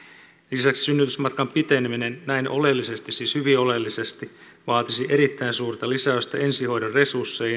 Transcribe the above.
lisäksi synnytysmatkan piteneminen näin oleellisesti siis hyvin oleellisesti vaatisi erittäin suurta lisäystä ensihoidon resursseihin